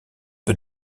peu